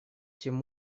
тогда